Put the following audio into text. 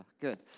good